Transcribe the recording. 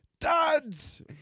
dad's